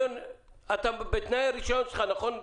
זה בתנאי הרישיון שלך, נכון?